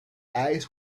eyes